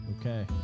Okay